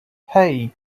hey